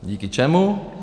Díky čemu?